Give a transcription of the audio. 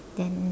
then